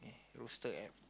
roster App